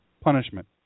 punishment